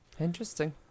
Interesting